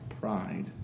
pride